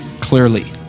clearly